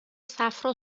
صفرا